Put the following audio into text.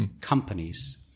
companies